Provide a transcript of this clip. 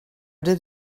did